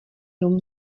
rum